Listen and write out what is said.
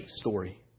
story